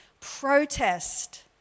protest